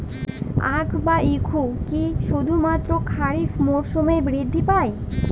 আখ বা ইক্ষু কি শুধুমাত্র খারিফ মরসুমেই বৃদ্ধি পায়?